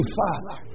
father